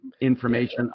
information